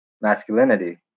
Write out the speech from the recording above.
masculinity